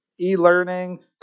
e-learning